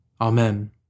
Amen